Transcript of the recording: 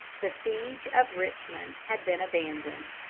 the siege of richmond had been abandoned,